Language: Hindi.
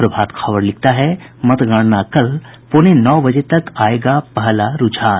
प्रभात खबर लिखता है मतगणना कल पौने नौ बजे तक आयेगा पहला रूझान